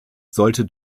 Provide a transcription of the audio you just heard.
sollte